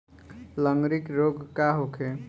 लगंड़ी रोग का होखे?